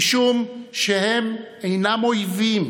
משום שהם אינם אויבים.